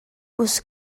was